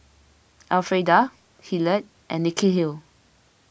Elfrieda Hillard and Nikhil